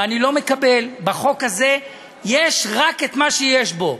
ואני לא מקבל, בחוק הזה יש רק את מה שיש בו.